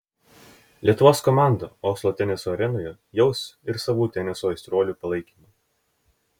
lietuvos komandą oslo teniso arenoje jaus ir savų teniso aistruolių palaikymą